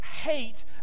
hate